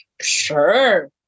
sure